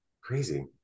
Crazy